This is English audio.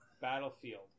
Battlefield